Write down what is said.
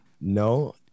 No